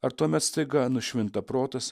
ar tuomet staiga nušvinta protas